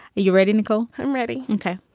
you ready? and go i'm ready. okay.